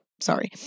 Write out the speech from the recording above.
sorry